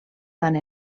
tant